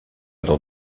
dans